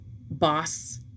boss